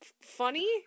funny